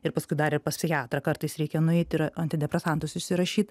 ir paskui dar ir pas psichiatrą kartais reikia nueit ir antidepresantus išsirašyt